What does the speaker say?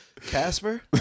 Casper